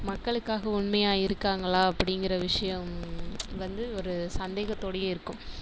மக்களுக்காக உண்மையாக இருக்காங்களா அப்படிங்கிற விஷயம் வந்து ஒரு சந்தேகத்தோடையே இருக்கும்